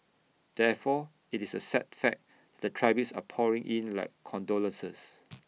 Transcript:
therefore IT is A sad fact the tributes are pouring in like condolences